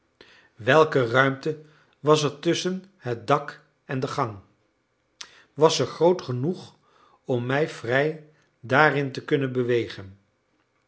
welke ruimte was er tusschen het dak en de gang was ze groot genoeg om mij vrij daarin te kunnen bewegen